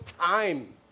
time